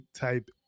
type